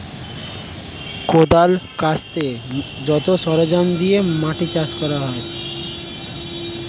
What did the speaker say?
কোদাল, কাস্তের মত সরঞ্জাম দিয়ে মাটি চাষ করা হয়